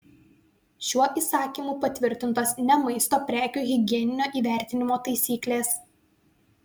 šiuo įsakymu patvirtintos ne maisto prekių higieninio įvertinimo taisyklės